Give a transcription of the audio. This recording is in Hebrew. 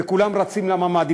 וכולם רצים לממ"ד,